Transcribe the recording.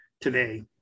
today